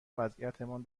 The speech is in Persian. وضعیتمان